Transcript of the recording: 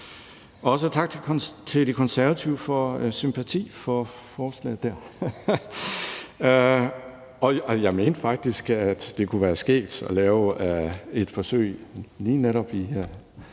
også tak til De Konservative for sympatien for forslaget. Jeg mente faktisk, at det kunne være skægt at lave et forsøg lige netop i